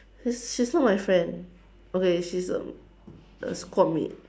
she is she is not my friend okay she is a a squad mate